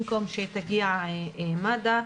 במקום שיגיע מד"א,